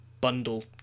bundle